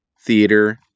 theater